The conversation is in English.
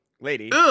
lady